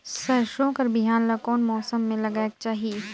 सरसो कर बिहान ला कोन मौसम मे लगायेक चाही?